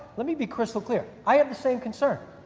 let me be crystal clear i have the same concern.